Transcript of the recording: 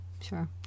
Sure